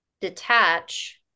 detach